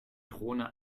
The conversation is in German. drohne